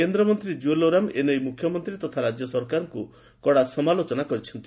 କେନ୍ଦ୍ରମନ୍ତୀ କୁଏଲ ଓରାମ ଏନେଇ ମୁଖ୍ୟମନ୍ତୀ ତଥା ରାକ୍ୟ ସରକାରଙ୍କୁ କଡା ସମାଲୋଚନା କରିଛନ୍ତି